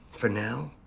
for now,